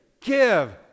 give